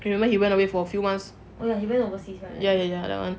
I remember he went away for a few months he went overseas ya ya ya that one